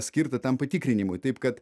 skirta tam patikrinimui taip kad